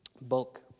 bulk